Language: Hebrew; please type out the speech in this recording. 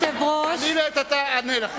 אני לעת עתה אענה לכם.